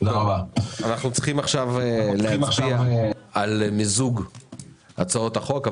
אנו צריכים להצביע על מיזוג הצעות חוק.